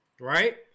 Right